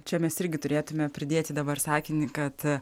čia mes irgi turėtume pridėti dabar sakinį kad